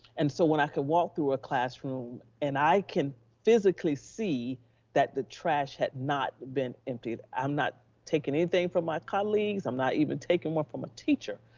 and so when i could walk through a classroom and i can physically see that the trash had not been emptied, i'm not taking anything from my colleagues. i'm not even taking one from a teacher,